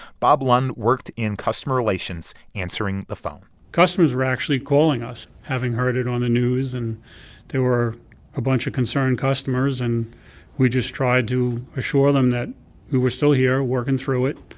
bob lund worked in customer relations answering the phone customers were actually calling us, having heard it on the news, and there were a bunch of concerned customers. and we just tried to assure them that we were still here, working through it.